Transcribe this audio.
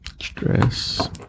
Stress